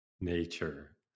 nature